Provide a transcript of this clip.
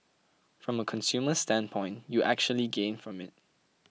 from a consumer standpoint you actually gain from it